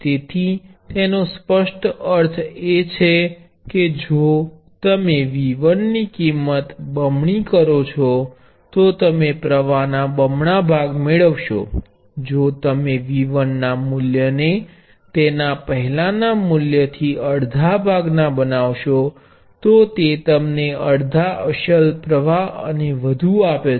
તેથી તેનો સ્પષ્ટ અર્થ એ છે કે જો તમે V1 ની કિંમત બમણી કરો છો તો તમે પ્રવાહના બમણા ભાગ મેળવશો જો તમે V1 ના મૂલ્ય ને તેના પહેલાંના મૂલ્ય થી અડધા ભાગ ના બનાવશો તો તે તમને અડધા અસલ પ્રવાહ અને વધુ આપે છે